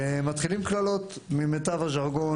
והם מתחילים קללות ממיטב הזרגון.